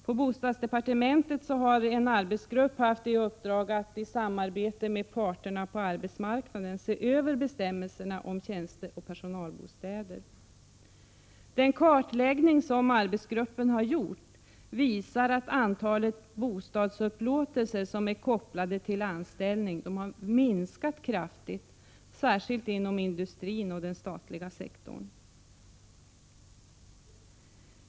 På bostadsdepartementet har en arbetsgrupp haft i uppdrag att i samarbete med parterna på arbetsmarknaden se över bestämmelserna om tjänsteoch personalbostäder. Den kartläggning som arbetsgruppen gjort visar att antalet bostadsupplåtelser som är kopplade till anställning har minskat kraftigt, särskilt inom industrin och den statliga sektorn.